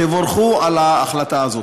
תבורכו על ההחלטה הזו.